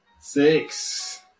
Six